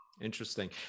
interesting